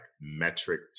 metric